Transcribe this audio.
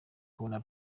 kubona